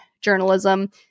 journalism